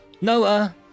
Noah